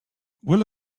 will